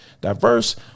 diverse